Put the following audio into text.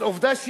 אז עובדה שיש.